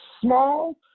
small